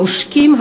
העושקים,